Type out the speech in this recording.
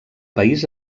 país